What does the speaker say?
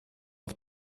auf